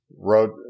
Wrote